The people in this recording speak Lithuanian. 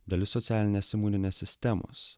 dalis socialinės imuninės sistemos